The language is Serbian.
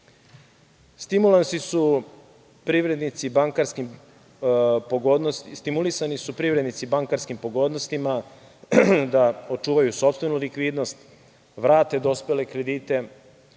su privrednici bankarskim pogodnostima da očuvaju sopstvenu likvidnost, vrate dospele kredite,